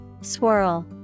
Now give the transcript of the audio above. Swirl